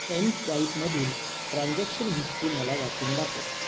एमस्वाईपमधील transaction history मला वाचून दाखवा